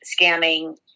scamming